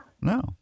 No